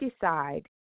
decide